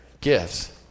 gifts